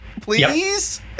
please